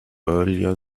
earlier